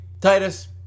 Titus